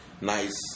nice